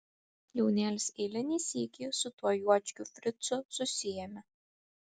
jaunėlis eilinį sykį su tuo juočkiu fricu susiėmė